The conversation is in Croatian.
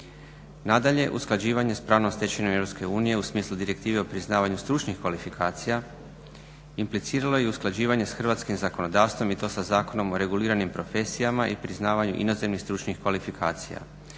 Nadalje, usklađivanje s pravnom stečevinom EU u smislu Direktive o priznavanju stručnih kvalifikacija impliciralo je i usklađivanje s hrvatskim zakonodavstvom i to sa Zakonom o reguliranim profesijama i priznavanju inozemnih stručnih kvalifikacija